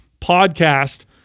podcast